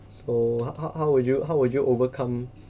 so how how how would you how would you overcome